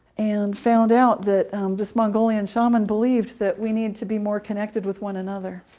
and found out that this mongolian shaman believed that we need to be more connected with one another,